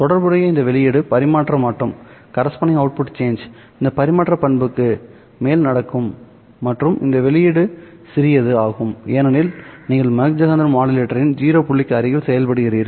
தொடர்புடைய இந்த வெளியீடு பரிமாற்ற மாற்றம் இந்த பரிமாற்ற பண்புக்கு மேல் நடக்கும் மற்றும் இந்த வெளியீடுசிறியது ஆகும் ஏனெனில் நீங்கள் மாக் ஜெஹெண்டர் மாடுலேட்டரின் 0 புள்ளிக்கு அருகில் செயல்படுகிறீர்கள்